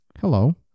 hello